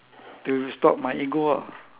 to stop my ego ah